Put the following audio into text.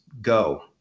go